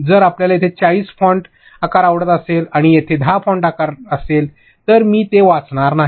जर आपल्याला येथे ४० फॉन्ट आकार आवडत असेल आणि येथे १० फॉन्ट आकार असेल तर मी ते वाचणार नाही